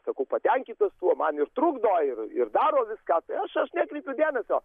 sakau patenkintos tuo man ir trukdo ir ir daro viską tai aš nekreipiu dėmesio